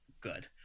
Good